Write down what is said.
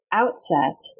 outset